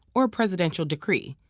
or a presidential decree.